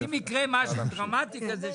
אם יקרה משהו דרמטי כזה,